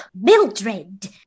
Mildred